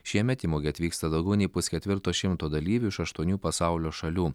šiemet į mugę atvyksta daugiau nei pusketvirto šimto dalyvių iš aštuonių pasaulio šalių